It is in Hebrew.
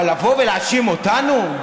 אבל לבוא ולהאשים אותנו?